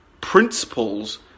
principles